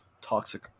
toxic